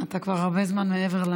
אתה כבר הרבה זמן מעבר.